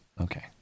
okay